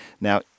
Now